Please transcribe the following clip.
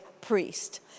priest